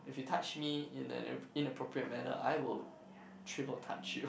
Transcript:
if you touch me in an app~ inappropriate manner I will triple touch you